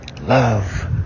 love